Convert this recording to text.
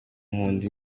nkunda